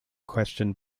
questioned